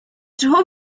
чого